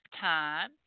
time